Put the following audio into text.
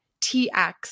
tx